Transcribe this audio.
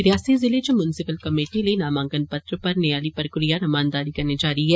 रियासी जिले च municipal committee लेई नामांकन पत्र भरने आली प्रक्रिया रमानदारी कन्नै जारी ऐ